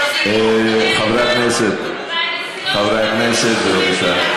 חברי הכנסת, בבקשה.